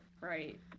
right